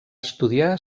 estudiar